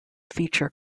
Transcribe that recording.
feature